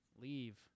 Leave